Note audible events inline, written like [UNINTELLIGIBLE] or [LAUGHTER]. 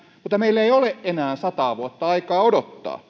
mutta meillä ei ole enää sataa vuotta aikaa odottaa [UNINTELLIGIBLE]